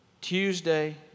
Tuesday